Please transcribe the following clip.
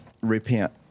repent